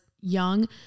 young